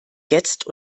jetzt